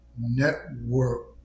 Network